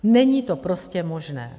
Není to prostě možné.